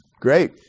Great